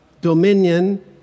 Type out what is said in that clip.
dominion